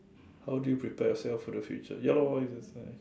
how do you prepare yourself for the future ya lor I just may I